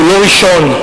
אינו ראשון,